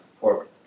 forward